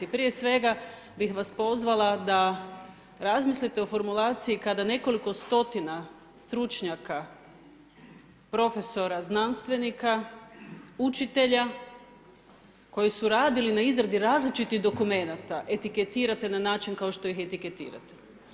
Prije svega bih vas pozvala da razmislite o formulaciji kada nekoliko stotina stručnjaka, prof. znanstvenika, učitelja, koji su radili na izradi različitih dokumenata, etiketirate na način kao što ih etiketirate.